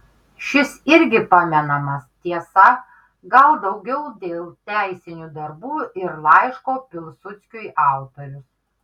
šis irgi pamenamas tiesa gal daugiau dėl teisinių darbų ir laiško pilsudskiui autorius